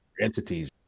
entities